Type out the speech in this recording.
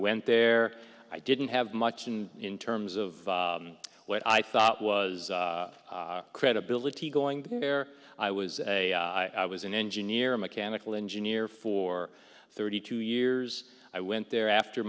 went there i didn't have much and in terms of what i thought was credibility going there i was a i was an engineer a mechanical engineer for thirty two years i went there after